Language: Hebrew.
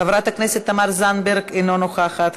חברת הכנסת תמר זנדברג, אינה נוכחת.